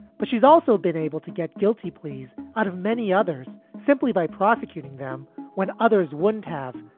but she's also been able to get guilty pleas out of many others simply by prosecuting them when others wouldn't have.